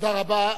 תודה רבה.